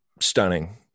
stunning